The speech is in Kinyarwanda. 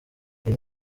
iyi